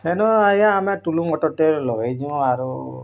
ସେନୁ ଆଜ୍ଞା ଆମେ ଟୁଲୁ ମଟର୍ଟେ ଳଗେଇଛୁଁ ଆରୁ